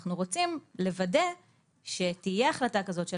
אנחנו רוצים לוודא שתהיה החלטה כזאת של